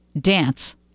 dance